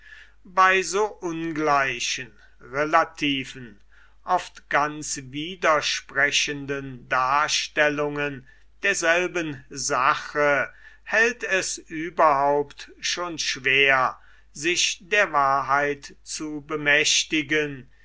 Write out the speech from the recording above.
bei so ungleichen relativen oft ganz widersprechenden darstellungen derselben sache hält es überhaupt schon schwer sich der wahrheit zu bemächtigen